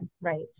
Right